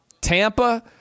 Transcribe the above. Tampa